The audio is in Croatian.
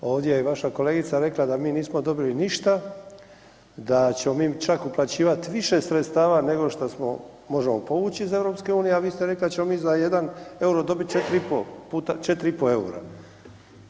Ovdje je vaša kolegica rekla da mi nismo dobili ništa, da ćemo mi čak uplaćivat više sredstava nego što smo, možemo povuć iz EU, a vi ste rekli da ćemo mi za jedan EUR-o dobit 4 i po puta, 4 i po EUR-a.